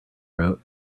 wrote